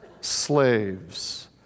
slaves